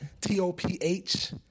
T-O-P-H